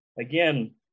again